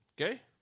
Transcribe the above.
Okay